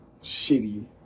shitty